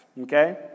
okay